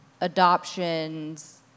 adoptions